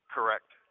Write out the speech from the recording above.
Correct